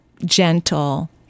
gentle